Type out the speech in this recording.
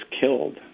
killed